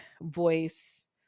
voice